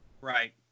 Right